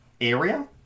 area